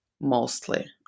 mostly